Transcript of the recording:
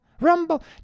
Rumble